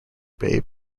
bay